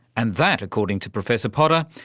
and that, according to professor potter,